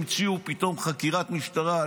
המציאו פתאום חקירת משטרה,